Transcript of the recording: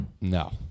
No